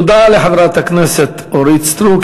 תודה לחברת הכנסת אורית סטרוק.